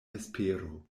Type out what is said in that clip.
vespero